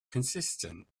consistent